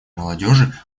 молодежи